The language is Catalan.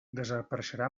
desapareixerà